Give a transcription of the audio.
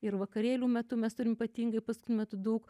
ir vakarėlių metu mes turim ypatingai paskutiniu metu daug